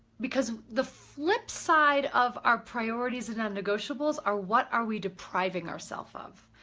because the flip side of our priorities and our negotiables are what are we depriving ourselves of?